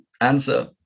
answer